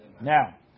Now